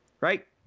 Right